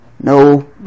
no